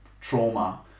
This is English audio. trauma